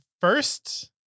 First